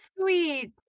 sweet